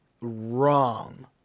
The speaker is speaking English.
wrong